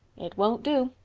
it won't do,